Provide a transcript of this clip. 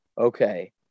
okay